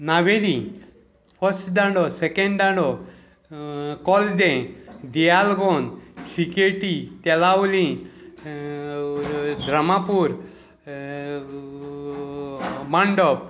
Navelim first डांडो second डांडो कोलदे दियाल सिकेटी तेलावली द्रामापूर मांडप